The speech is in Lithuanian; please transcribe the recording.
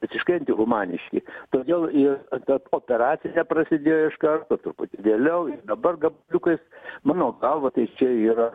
visiškai antihumaniški todėl ir kad operacija prasidėjo iš karto truputį vėliau ir dabar gabaliukais mano galva tai čia yra